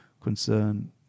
concern